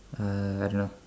uh I don't know